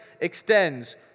extends